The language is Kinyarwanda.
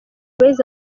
boyz